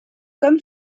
comme